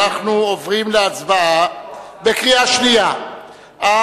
אנחנו עוברים להצבעה בקריאה שנייה על